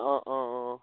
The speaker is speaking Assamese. অঁ অঁ অঁ